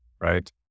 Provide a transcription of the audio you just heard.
right